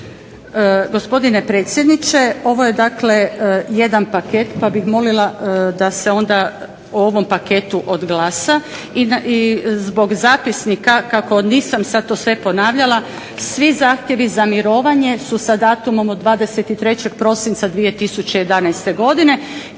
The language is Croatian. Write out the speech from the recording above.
Gospodine predsjedniče ovo je jedan paket pa bih molila da se onda o ovome paketu odglasa i zbog zapisnika kako nisam sve to ponavljala svi zahtjevi za mirovanje su sa datumom od 23. prosinca 2011. godine